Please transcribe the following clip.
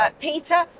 Peter